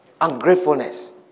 Ungratefulness